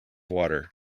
water